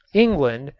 england,